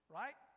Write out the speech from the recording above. right